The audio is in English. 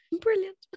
brilliant